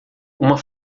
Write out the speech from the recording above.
uma